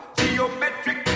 geometric